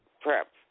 prep